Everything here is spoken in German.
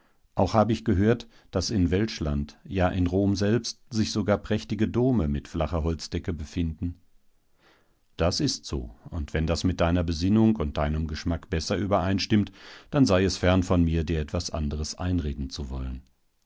auch hab ich gehört daß in welschland ja in rom selbst sich sogar prächtige dome mit flacher holzdecke befinden das ist so und wenn das mit deiner besinnung und deinem geschmack besser übereinstimmt dann sei es fern von mir dir etwas anderes einreden zu wollen